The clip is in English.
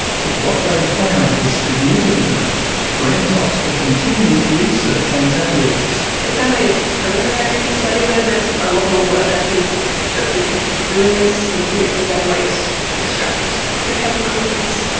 but what they found was significant enough for entox to continue its research on tattoo inks. it's only a preliminary study, though there is a lot more work i think that we could do in this, looking at better ways to extract the chemicals,